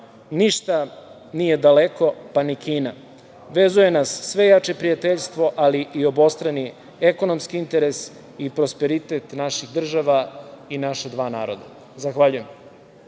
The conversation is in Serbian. ništa nije daleko, pa ni Kina. Vezuje nas sve jače prijateljstvo, ali i obostrani ekonomski interes i prosperitet naših država i naša dva naroda. Zahvaljujem.